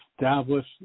establish